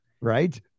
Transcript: Right